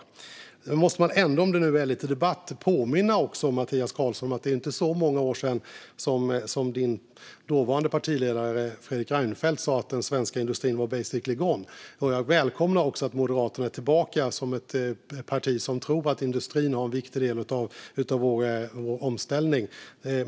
Om det ändå ska vara lite debatt måste jag påminna Mattias Karlsson om att det inte är så många år sedan som hans dåvarande partiledare, Fredrik Reinfeldt, sa att den svenska industrin var basically gone. Jag välkomnar att Moderaterna är tillbaka som ett parti som tror att industrin utgör en viktig del av vår omställning.